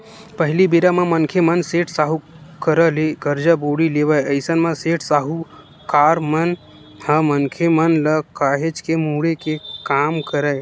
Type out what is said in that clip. पहिली बेरा म मनखे मन सेठ, साहूकार करा ले करजा बोड़ी लेवय अइसन म सेठ, साहूकार मन ह मनखे मन ल काहेच के मुड़े के काम करय